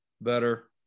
Better